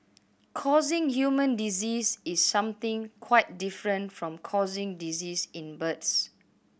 causing human disease is something quite different from causing disease in birds